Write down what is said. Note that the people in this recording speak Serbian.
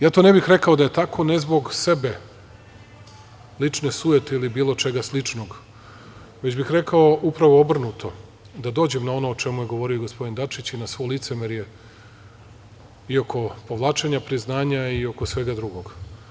Ja to ne bih rekao da je tako, ne zbog sebe, lične sujete ili bilo čega sličnog, već bih rekao upravo obrnuto - da dođem na ono o čemu je govorio gospodin Dačić i na svo licemerje i oko povlačenja priznanja i oko svega drugog.